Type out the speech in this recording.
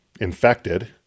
infected